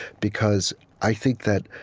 because i think that